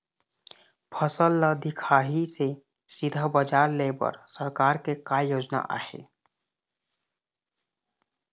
फसल ला दिखाही से सीधा बजार लेय बर सरकार के का योजना आहे?